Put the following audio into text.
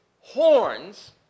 horns